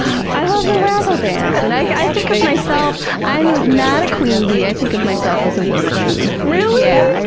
i i love the waggle dance! and i think of myself, i'm not a queen bee, i think of myself as a worker bee. really? ah do